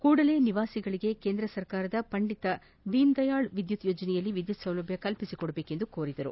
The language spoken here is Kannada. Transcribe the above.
ಕೂಡಲೇ ನಿವಾಸಿಗಳಿಗೆ ಕೇಂದ್ರ ಸರಕಾರದ ಪಂಡಿತ ದೀನದಯಾಳ್ ವಿದ್ಯುತ್ ಯೋಜನೆಯಲ್ಲಿ ವಿದ್ಯುತ್ ಸೌಲಭ್ಯ ಕಲ್ಪಿಸಿಕೊಡಬೇಕೆಂದು ಕೋರಿದರು